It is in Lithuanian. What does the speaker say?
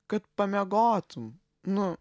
kad pamiegotum nu